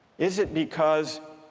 is it because